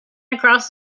across